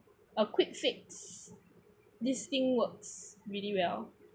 a quick fix this thing works really well